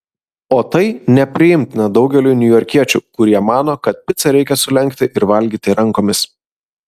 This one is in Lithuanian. o tai nepriimtina daugeliui niujorkiečių kurie mano kad picą reikia sulenkti ir valgyti rankomis